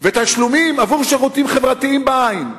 ותשלומים עבור שירותים חברתיים בעין,